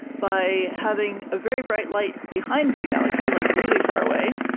by having a very bright light behind the galaxy, like really far away,